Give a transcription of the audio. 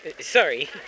sorry